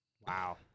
Wow